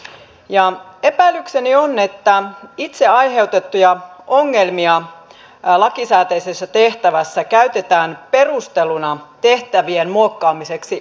epäilykseni on että itse aiheutettuja ongelmia lakisääteisessä tehtävässä käytetään perusteluna tehtävien muokkaamiseksi uudelleen